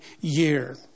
year